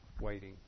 waiting